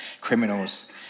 criminals